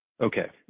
Okay